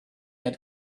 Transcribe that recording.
had